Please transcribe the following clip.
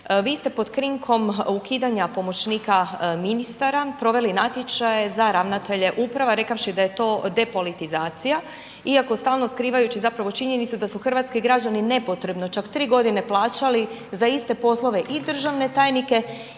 vi ste pod krinkom ukidanja pomoćnika ministara proveli natječaje za ravnatelje uprava rekavši da je to depolitizacija iako stalo skrivajući zapravo činjenicu da su hrvatski građani nepotrebno čak 3 godine plaćali za iste poslove i državne tajnike